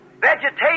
vegetation